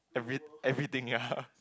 every everything ya